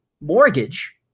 mortgage